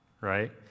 right